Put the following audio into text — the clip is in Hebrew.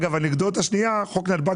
אנקדוטה שנייה מספרת על כך שחוק נתב"ג